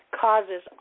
causes